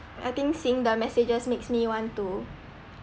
I think seeing the messages makes me want to